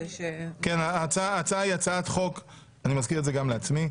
אני מזכיר גם לעצמי,